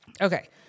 Okay